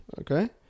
okay